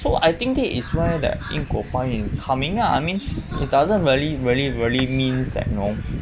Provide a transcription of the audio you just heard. so I think this is where that 因果报应 is coming lah I mean it doesn't really really really means that you know